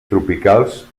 tropicals